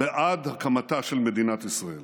בעד הקמתה של מדינת ישראל,